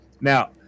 Now